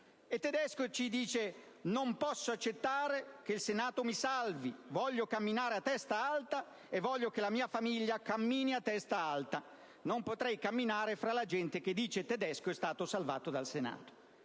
Tedesco ci ha detto: «Non posso accettare che il Senato mi salvi. Voglio camminare a testa alta e voglio che la mia famiglia cammini a testa alta. Non potrei camminare fra la gente che dice che Tedesco è stato salvato dal Senato».